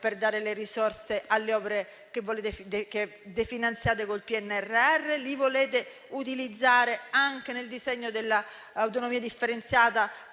per dare le risorse alle opere che definanziate col PNRR. Li volete utilizzare anche nel disegno dell'autonomia differenziata,